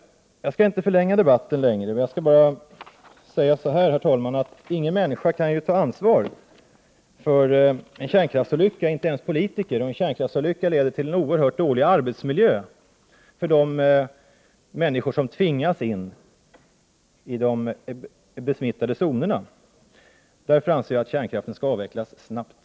Jag skall, herr talman, inte förlänga debatten men vill säga så här. Ingen människa kan ta ansvar för en kärnkraftsolycka, inte ens politiker, och en kärnkraftsolycka leder till en oerhört dålig arbetsmiljö för de människor som tvingas in i de besmittade zonerna. Därför anser jag att kärnkraften skall avvecklas snabbt.